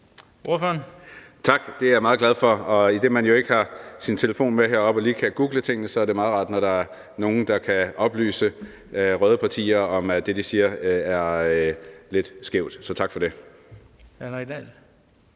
Tak. Det er jeg meget glad for, og idet man jo ikke har sin telefon med heroppe og lige kan google tingene, er det meget rart, når der er nogen, der kan oplyse røde partier om, at det, de siger, er lidt skævt – så tak for det.